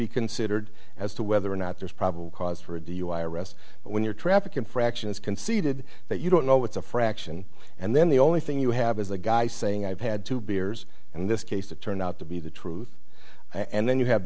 be considered as to whether or not there's probable cause for a dui arrest but when your traffic infraction is conceded that you don't know it's a fraction and then the only thing you have is the guy saying i've had two beers and this case it turned out to be the truth and then you have